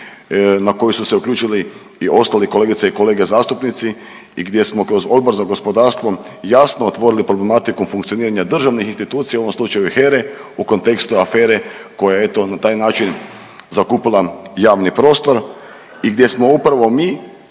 na koji su se uključili i ostali kolegice i kolege zastupnici i gdje smo kroz Odbor za gospodarstvo jasno otvorili problematiku funkcioniranja državnih institucija u ovom slučaju HERE u kontekstu afere koja je eto na taj način zakupila javni prostor i gdje smo upravo mi